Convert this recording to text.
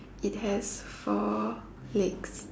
it has four legs